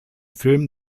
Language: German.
film